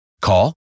Call